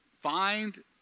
find